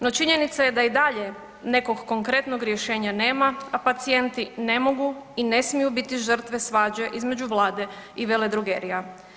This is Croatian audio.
No činjenica je da i dalje nekog konkretnog rješenja nema, a pacijenti ne mogu i ne smiju biti žrtve svađe između vlade i veledrogerija.